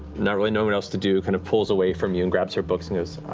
not really know what else to do, kind of pulls away from you and grabs her books and goes,